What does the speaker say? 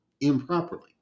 improperly